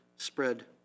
spread